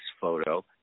photo